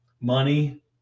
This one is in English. Money